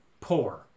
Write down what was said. Poor